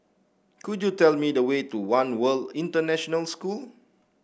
could you tell me the way to One World International School